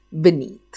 beneath